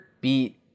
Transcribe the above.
beat